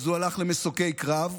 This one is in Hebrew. אז הוא הלך למסוקי קרב.